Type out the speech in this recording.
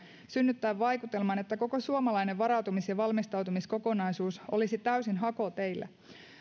synnyttää vaikutelman että koko suomalainen varautumis ja valmistautumiskokonaisuus olisi täysin hakoteillä